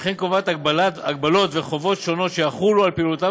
וכן קובעת הגבלות וחובות שונות שיחולו על פעילותם